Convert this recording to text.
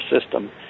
system